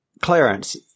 Clarence